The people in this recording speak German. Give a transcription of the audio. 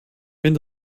wenn